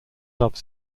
love